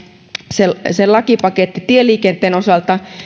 tulos se lakipaketti tieliikenteen osalta on siis läpäissyt eduskunnan käsittelyn